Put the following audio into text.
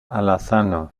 alazano